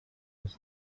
els